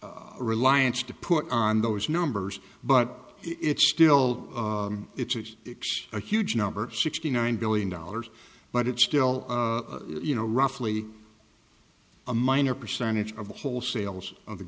reliance to put on those numbers but it's still it's a huge number sixty nine billion dollars but it's still you know roughly a minor percentage of the whole sales of the